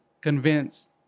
convinced